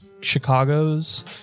Chicago's